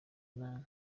inani